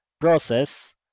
process